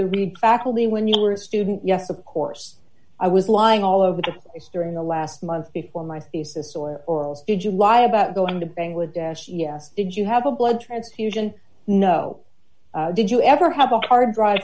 the reed faculty when you were a student yes of course i was lying all over the place during the last month before my thesis or orals did you lie about going to bangladesh yes did you have a blood transfusion no did you ever have a hard drive